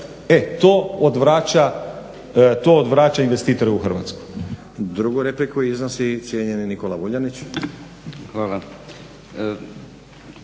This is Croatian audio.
e to odvraća investitore u Hrvatsku.